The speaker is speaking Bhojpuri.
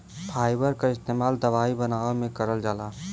फाइबर क इस्तेमाल दवाई बनावे में करल जाला